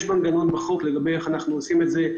יש מנגנון בחוק איך צריך לעשות את זה.